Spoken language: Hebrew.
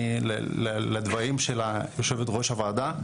לדברים שלה יושבת ראש הוועדה,